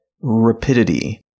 rapidity